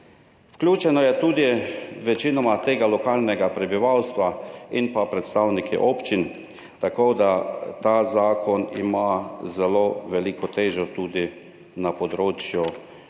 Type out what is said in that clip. Vključena je tudi večina tega lokalnega prebivalstva in predstavniki občin, tako da ima ta zakon zelo veliko težo tudi na področju